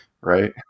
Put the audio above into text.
Right